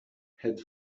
had